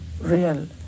real